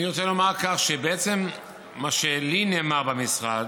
אני רוצה לומר כך, מה שלי נאמר במשרד,